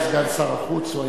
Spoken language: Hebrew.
הוא היה סגן שר החוץ, הוא היה.